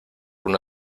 una